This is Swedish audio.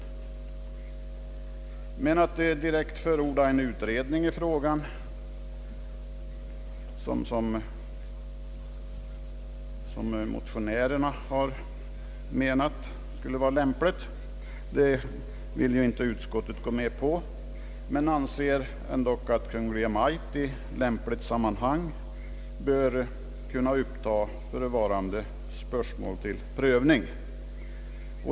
Men direkt förorda en utredning i frågan — vilket motionärerna ansett vara lämpligt — vill utskottet inte gå med på. Utskottet anser dock att Kungl. Maj:t i lämpligt sammanhang bör kunna uppta förevarande spörsmål till prövning.